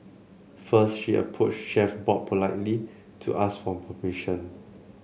first she approached Chef Bob politely to ask for permission